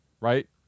Right